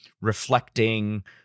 reflecting